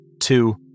Two